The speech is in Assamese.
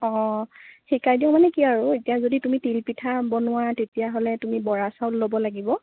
অঁ শিকাই দিওঁ মানে কি আৰু এতিয়া যদি তুমি তিলপিঠা বনোৱা তেতিয়াহ'লে তুমি বৰা চাউল ল'ব লাগিব